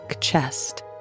chest